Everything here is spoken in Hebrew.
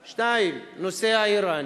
2. הנושא האירני,